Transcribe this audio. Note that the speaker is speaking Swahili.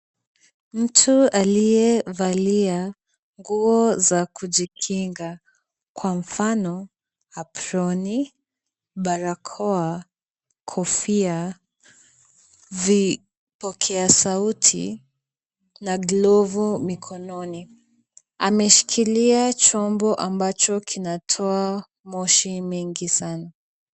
Mtu aliyevalia nguo za kujikinga kwa mfano aproni, barakoa, kofia, vipokea sauti na glovu mikononi. Ameshikilia chombo ambacho kinatoa moshi mingi sana.